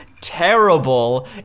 terrible